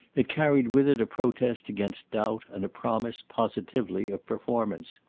it carried with it a protest against doubt and a promise, positively, of performance.